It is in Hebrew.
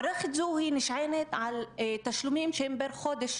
מערכת זו נשענת על תשלומים שהם פר חודש.